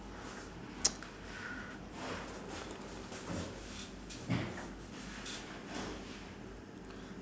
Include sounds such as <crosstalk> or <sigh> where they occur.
<noise>